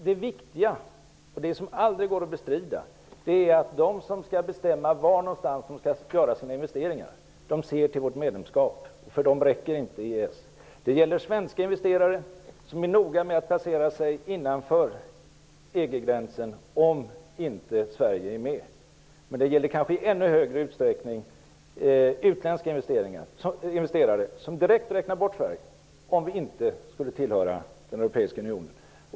Det viktiga, som aldrig går att bestrida, är att de som skall bestämma var någonstans de skall göra sina investeringar ser till vårt medlemskap. För dem räcker inte EES. Det gäller svenska investerare, som är noga med att placera sig innanför EG-gränsen, om inte Sverige är med, men det gäller kanske i ännu större utsträckning utländska investerare, som direkt räknar bort Sverige om vi inte skulle tillhöra den europeiska unionen.